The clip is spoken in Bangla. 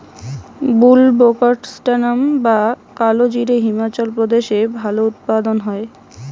বুলবোকাস্ট্যানাম বা কালোজিরা হিমাচল প্রদেশে ভালো উৎপাদন হয়